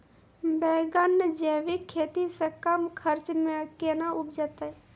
बैंगन जैविक खेती से कम खर्च मे कैना उपजते?